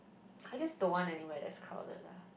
I just don't want anywhere that's crowded lah